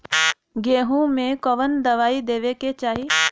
गेहूँ मे कवन दवाई देवे के चाही?